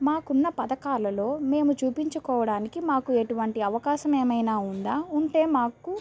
మాకు ఉన్న పథకాలలో మేము చూపించుకోవడానికి మాకు ఎటువంటి అవకాశం ఏమైనా ఉందా ఉంటే మాకు